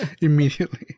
immediately